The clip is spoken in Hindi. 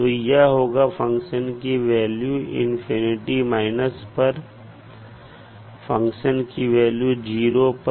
यह होगा फंक्शन की वैल्यू इंफिनिटी पर माइनस फंक्शन की वैल्यू जीरो पर